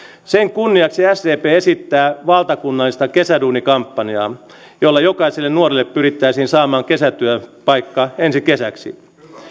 sen kunniaksi sdp esittää valtakunnallista kesäduuni kampanjaa jolla jokaiselle nuorelle pyrittäisiin saamaan kesätyöpaikka ensi kesäksi